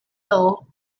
law